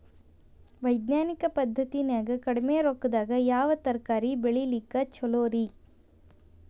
ವೈಜ್ಞಾನಿಕ ಪದ್ಧತಿನ್ಯಾಗ ಕಡಿಮಿ ರೊಕ್ಕದಾಗಾ ಯಾವ ತರಕಾರಿ ಬೆಳಿಲಿಕ್ಕ ಛಲೋರಿ?